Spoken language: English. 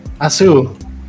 Asu